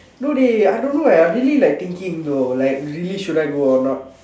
no dey I don't know eh I really like thinking though like really should I go or not